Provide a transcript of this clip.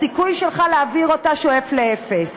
הסיכוי שלך להעביר אותה שואף לאפס.